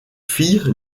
fille